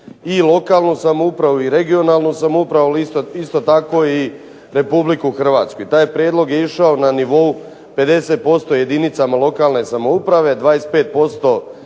i lokalnu samoupravu i regionalnu samoupravu. Ali isto tako i Republiku Hrvatsku. I taj prijedlog je išao na nivou 50% jedinicama lokalne samouprave, 25% regionalnoj